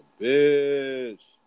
bitch